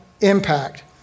impact